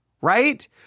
right